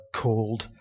called